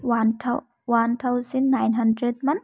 one থা one thousand nine hundred মান